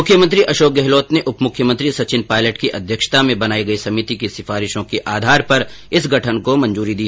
मुख्यमंत्री अशोक गहलोत ने उप मुख्यमंत्री सचिन पायलट की अध्यक्षता में बनाई गई समिति की सिफारिशों के आधार पर इस गठन को मंजूरी दी